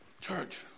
church